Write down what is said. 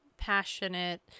passionate